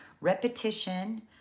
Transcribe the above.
Repetition